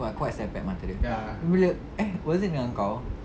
but quite sepet mata dia weird eh was it dengan kau